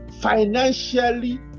financially